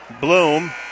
Bloom